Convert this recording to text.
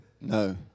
No